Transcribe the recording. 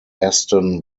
aston